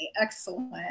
Excellent